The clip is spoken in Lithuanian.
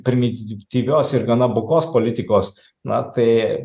primityvios ir gana bukos politikos na tai